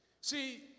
See